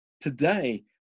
today